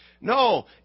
No